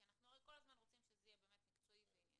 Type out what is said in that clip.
כי אנחנו רוצים שזה יהיה מקצועי וענייני.